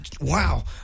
wow